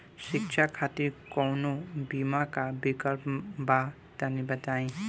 शिक्षा खातिर कौनो बीमा क विक्लप बा तनि बताई?